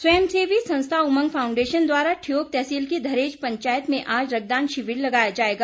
स्वयं सेवी संस्था उमंग फाउंडेशन द्वारा ठियोग तहसील की धरेच पंचायत में आज रक्तदान शिविर लगाया जाएगा